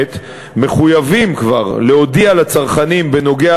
לאינטרנט מחויבים כבר להודיע לצרכנים בנוגע